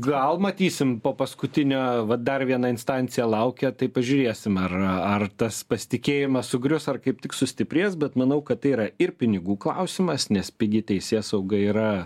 gal matysim po paskutinio vat dar viena instancija laukia tai pažiūrėsim ar ar tas pasitikėjimas sugrius ar kaip tik sustiprės bet manau kad tai yra ir pinigų klausimas nes pigi teisėsauga yra